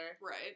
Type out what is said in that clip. right